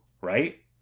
right